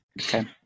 okay